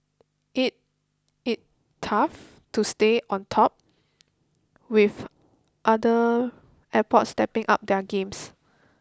it it tough to stay on top with other airports stepping up their game